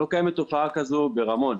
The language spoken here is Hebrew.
לא קיימת תופעה כזאת ברמון.